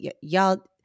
Y'all